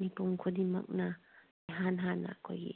ꯃꯤꯄꯨꯝ ꯈꯨꯗꯤꯡꯃꯛꯅ ꯏꯍꯥꯟ ꯍꯥꯟꯅ ꯑꯩꯈꯣꯏꯒꯤ